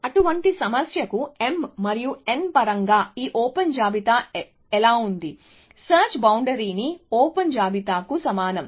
అటువంటి సమస్యకు m మరియు n పరంగా ఈ ఓపెన్ జాబితా ఎలా ఉంది సెర్చ్ బౌండరీ ని ఓపెన్ జాబితాకు సమానం